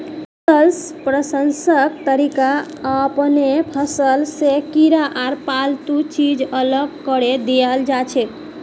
फसल प्रसंस्करण तरीका अपनैं फसल स कीड़ा आर फालतू चीज अलग करें दियाल जाछेक